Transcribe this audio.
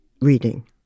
reading